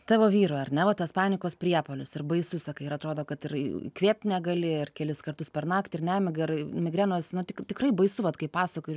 tavo vyro ar ne va tas panikos priepuolis ir baisu sakai ir atrodo kad ir įkvėpti negali ir kelis kartus per naktį ir nemiga ar migrenos na tik tikrai baisu vat kaip pasakoji